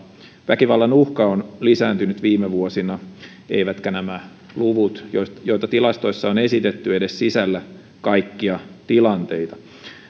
väkivallan uhka on lisääntynyt viime vuosina eivätkä nämä luvut joita joita tilastoissa on esitetty edes sisällä kaikkia tilanteita